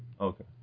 Okay